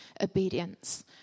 obedience